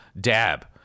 dab